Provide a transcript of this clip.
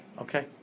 Okay